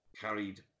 carried